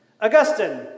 Augustine